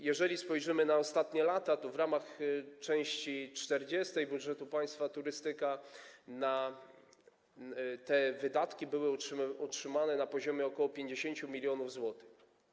Jeżeli spojrzymy na ostatnie lata, to w ramach części 40. budżetu państwa: Turystyka te wydatki były utrzymane na poziomie ok. 50 mln zł.